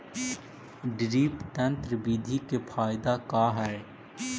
Drip तन्त्र बिधि के फायदा का है?